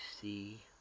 see